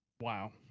Wow